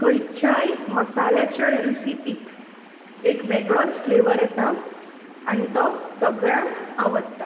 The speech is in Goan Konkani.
खंयच्याय मसाल्याच्या रेसपीक एक वेगळोच फ्लेवर येता आनी तो सगळ्यांक आवडटा